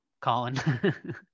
colin